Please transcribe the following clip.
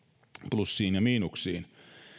plussiin ja miinuksiin